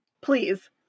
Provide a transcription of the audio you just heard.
please